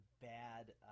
bad